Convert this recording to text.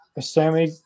Sammy